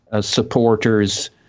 supporters